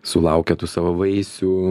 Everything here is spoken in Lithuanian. sulaukia tų savo vaisių